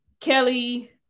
Kelly